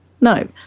no